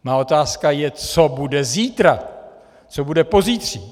Má otázka je, co bude zítra, co bude pozítří.